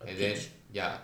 pitch